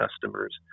customers